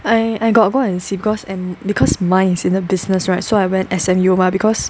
I I got go and see because and because mine is in business right so I went S_M_U mah because